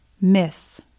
Miss